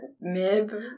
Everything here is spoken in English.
Mib